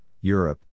Europe